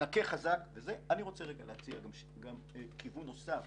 נכה חזק וזה, אני רוצה להציע גם כיוון נוסף